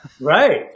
Right